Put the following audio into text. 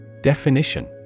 Definition